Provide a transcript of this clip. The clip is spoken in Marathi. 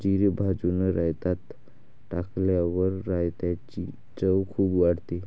जिरे भाजून रायतात टाकल्यावर रायताची चव खूप वाढते